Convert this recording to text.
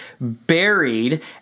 buried